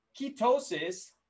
ketosis